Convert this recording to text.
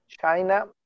China